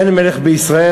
אין מלך בישראל,